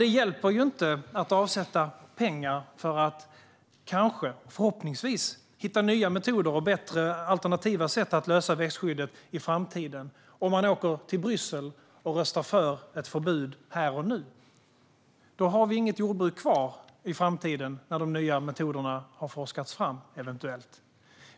Det hjälper inte att avsätta pengar för att kanske, förhoppningsvis, hitta nya metoder och bättre alternativa sätt att lösa växtskyddet i framtiden, om man samtidigt åker till Bryssel och röstar för ett förbud här och nu. Då kommer vi inte att ha något jordbruk kvar, när de nya metoderna eventuellt har forskats fram.